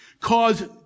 cause